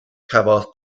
cafodd